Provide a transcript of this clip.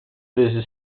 eles